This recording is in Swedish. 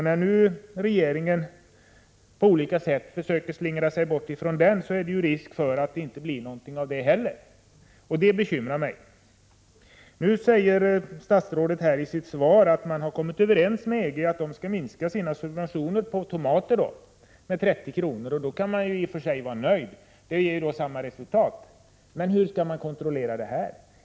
När nu regeringen på olika sätt försöker slingra sig bort från det beslutet, är det risk för att det inte blir någonting av det heller, och det bekymrar mig. Statsrådet säger i sitt svar att man kommit överens med EG om att EG skall minska sina subventioner på tomater med 30 kr. per 100 kg. Då kan vi i och för sig vara nöjda — det ger ju samma resultat. Men hur skall vi kontrollera detta?